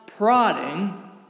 prodding